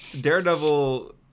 Daredevil